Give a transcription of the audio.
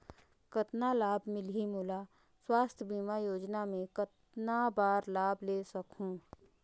कतना लाभ मिलही मोला? स्वास्थ बीमा योजना मे कतना बार लाभ ले सकहूँ?